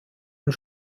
und